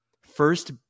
first